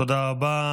תודה רבה.